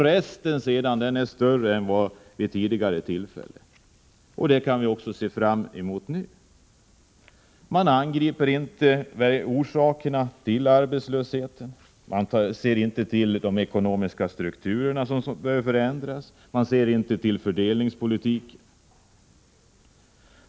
Resten är sedan större än vid tidigare tillfällen. Det kan vi se fram emot också nu. Man angriper inte orsakerna till arbetslösheten. Man ser inte till de ekonomiska strukturerna, som behöver förändras och man ser inte till fördelningspolitiken.